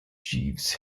jeeves